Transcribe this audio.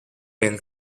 been